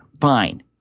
Fine